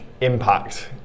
impact